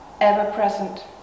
ever-present